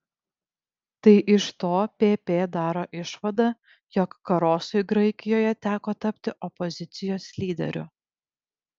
tai iš to pp daro išvadą jog karosui graikijoje teko tapti opozicijos lyderiu